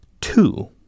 two